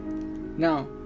now